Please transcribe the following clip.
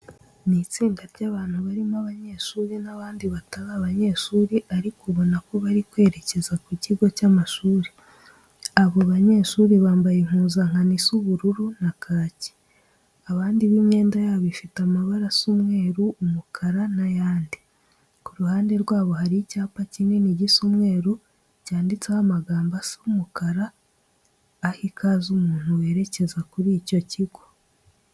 Ni itsinda ry'abantu barimo abanyeshuri n'abandi batari abanyeshyuri ariko ubona ko bari kwerekeza ku kigo cy'amashuri. Abo banyeshuri bambaye impuzankano isa ubururu na kake, abandi bo imyenda yabo ifite amabara asa umweru, umukara n'ayandi. Ku ruhande rwabo hari icyapa kinini gisa umweru, cyanditseho amagambo asa umukara aha ikaze umuntu werekeza kuri icyo kigo.